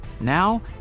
Now